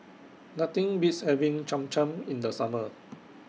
Nothing Beats having Cham Cham in The Summer